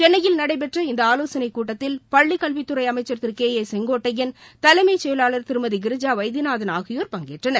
சென்னையில் நடைபெற்ற இந்த ஆலோசனைக்கூட்டத்தில் பள்ளிக்கல்வித்துறை அமைச்சர் திரு கே ஏ செங்கோட்டையன் தலைமைச்செயலர் திருமதி கிரிஜா வைத்தியநாதன் ஆகியோர் பங்கேற்றனர்